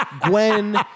Gwen